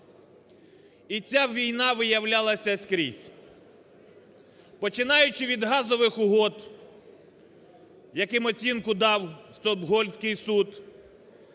І ця війна виявлялась скрізь, починаючи від газових угод, яким оцінку дав Стокгольмський суд,